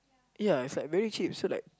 ya it's like very cheap so like